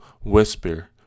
whisper